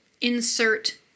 insert